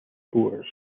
bores